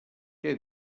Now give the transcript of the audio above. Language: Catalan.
què